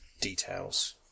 details